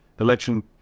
election